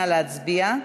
נא להצביע.